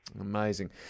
Amazing